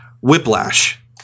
Whiplash